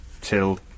till